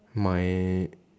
my